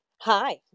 Hi